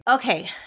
Okay